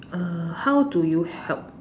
err how do you help